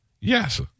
Yes